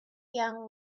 young